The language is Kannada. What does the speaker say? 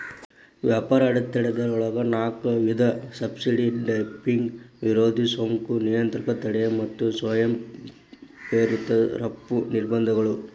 ವ್ಯಾಪಾರ ಅಡೆತಡೆಗಳೊಳಗ ನಾಕ್ ವಿಧ ಸಬ್ಸಿಡಿ ಡಂಪಿಂಗ್ ವಿರೋಧಿ ಸುಂಕ ನಿಯಂತ್ರಕ ತಡೆ ಮತ್ತ ಸ್ವಯಂ ಪ್ರೇರಿತ ರಫ್ತು ನಿರ್ಬಂಧಗಳು